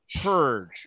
purge